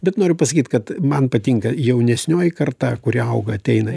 bet noriu pasakyt kad man patinka jaunesnioji karta kuri auga ateina